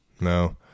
No